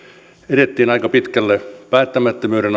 edettiin aika pitkälle päättämättömyyden